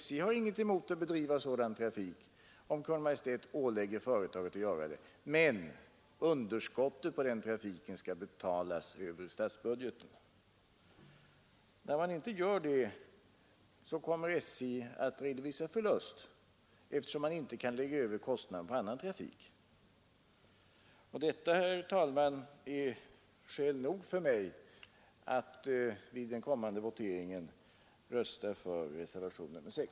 SJ har ingenting emot att bedriva sådan trafik, om Kungl. Maj:t ålägger företaget att göra det, men underskottet på den trafiken skall betalas över statsbudgeten. Gör man inte det, så kommer SJ att redovisa förlust, eftersom företaget inte kan lägga över kostnaderna på annan trafik. Och detta, herr talman, är skäl nog för mig att i den kommande voteringen rösta för reservationen 6.